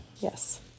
Yes